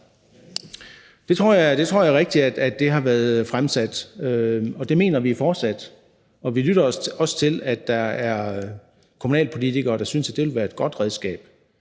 Jeg tror, det er rigtigt, at det har været fremsat, og det mener vi fortsat. Vi lytter også til, at der er kommunalpolitikere, der synes, at det ville være et godt redskab,